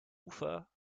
ufer